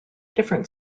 different